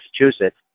Massachusetts